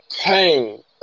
pain